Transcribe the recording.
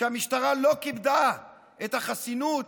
שהמשטרה לא כיבדה את החסינות,